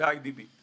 באיי די בי.